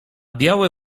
białe